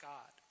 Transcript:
God